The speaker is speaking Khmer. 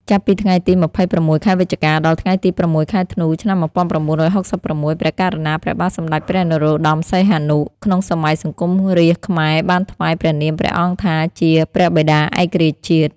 ចាប់ពីថ្ងៃទី២៦ ខែវិច្ឆិកា ដល់ ថ្ងៃទី០៦ ខែធ្នូ ឆ្នាំ១៩៦៦ ព្រះករុណា ព្រះបាទសម្តេចព្រះនរោត្តម សីហនុ ក្នុងសម័យសង្គមរាស្រ្តខ្មែរបានថ្វាយ ព្រះនាមព្រះអង្គថាជា ព្រះបិតាឯករាជ្យជាតិ។